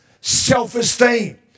self-esteem